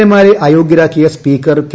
എമാരെ അയോഗ്യരാക്കിയ speaker K